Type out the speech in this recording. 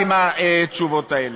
הוא יצביע עוד מעט על חמש שנים צינון.